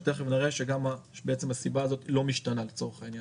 כשתיכף נראה שגם הסיבה הזאת לא משתנה לצורך העניין,